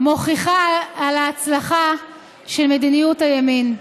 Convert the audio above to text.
מוכיחה את ההצלחה של מדיניות הימין.